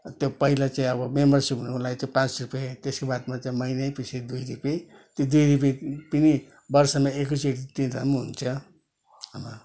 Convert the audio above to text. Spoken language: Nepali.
त्यो पहिला चाहिँ अब मेम्बरसिप हुनको लागि चाहिँ पाँच रुपियाँ त्यसको बादमा चाहिँ महिनैपिछे दुई रुपियाँ त्यो दुई रुपियाँ पनि वर्षमा एकैचोटि तिर्दा पनि हुन्छ